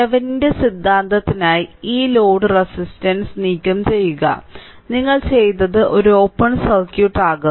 തെവെനിന്റെ സിദ്ധാന്തത്തിനായി ഈ ലോഡ് റെസിസ്റ്റൻസ് നീക്കംചെയ്യുക നിങ്ങൾ ചെയ്തത് ഒരു ഓപ്പൺ സർക്യൂട്ട് ആക്കും